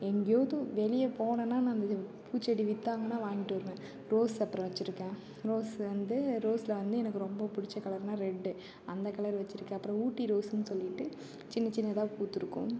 எங்கேயாது வெளியே போனேன்னால் நான் இந்த பூச்செடி விற்றாங்கன்னா வாங்கிட்டு வருவேன் ரோஸ் அப்புறம் வச்சுருக்கேன் ரோஸ் வந்து ரோஸில் வந்து எனக்கு ரொம்ப பிடிச்ச கலர்னால் ரெட் அந்த கலர் வச்சுருக்கேன் அப்புறம் ஊட்டி ரோஸ்ன்னு சொல்லிட்டு சின்ன சின்னாதாக பூத்திருக்கும்